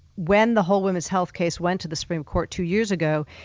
when the whole woman's health case went to the supreme court two years ago,